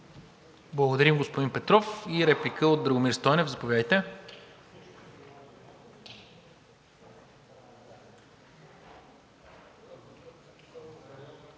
Благодаря, господин Петров. Реплика от Драгомир Стойнев – заповядайте.